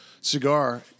cigar